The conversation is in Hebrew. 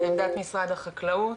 עמדת משרד החקלאות.